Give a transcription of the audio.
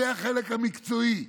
זה החלק המקצועי,